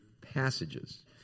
passages